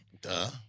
Duh